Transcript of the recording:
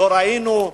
לא ראינו,